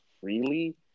freely